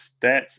stats